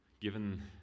given